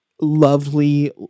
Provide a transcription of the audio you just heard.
lovely